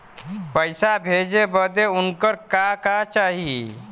पैसा भेजे बदे उनकर का का चाही?